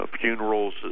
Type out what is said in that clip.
funerals